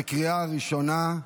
בקריאה ראשונה.